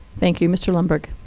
thank you. mr. lundberg.